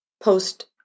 post